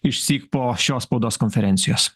išsyk po šios spaudos konferencijos